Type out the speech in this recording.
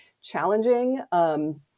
challenging